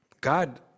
God